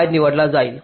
y निवडला जाईल